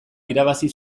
irabazi